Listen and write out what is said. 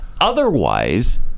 otherwise